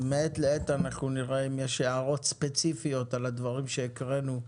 מעת לעת אנחנו נראה אם יש הערות ספציפיות על הדברים שהקראנו,